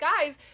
guys